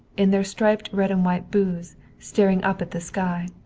in their striped red-and-white booths, staring up at the sky.